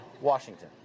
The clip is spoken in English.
Washington